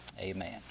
Amen